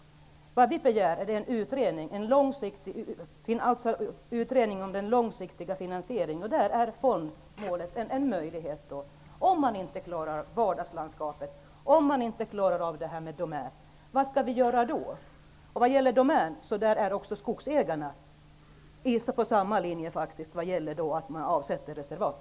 Vi begär en utredning om den långsiktiga finansieringen. Där är fondmålet en möjlighet. Vad skall vi göra om vi inte klarar vardagslandskapet och detta med Domän AB? När det gäller Domän är även skogsägarna inne på samma linje vad gäller avsättandet av reservat.